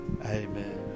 Amen